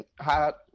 hot